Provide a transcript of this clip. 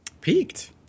Peaked